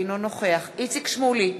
אינו נוכח איציק שמולי,